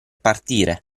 partire